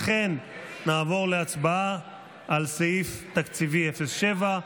לכן, נעבור להצבעה על סעיף תקציבי 07,